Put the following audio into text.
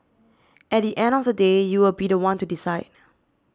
at the end of the day you will be the one to decide